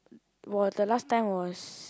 was the last time was